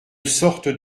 sorte